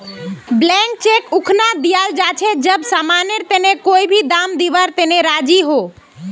blank cheque उखना दियाल जा छे जब समानेर तने कोई भी दाम दीवार तने राज़ी हो